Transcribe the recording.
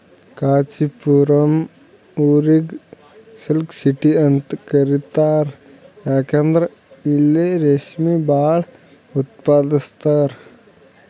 ಕಾಂಚಿಪುರಂ ಊರಿಗ್ silk city ಅಂತ್ ಕರಿತಾರ್ ಯಾಕಂದ್ರ್ ಇಲ್ಲಿ ರೇಶ್ಮಿ ಭಾಳ್ ಉತ್ಪಾದಸ್ತರ್